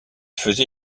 faisait